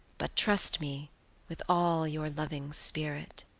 but trust me with all your loving spirit.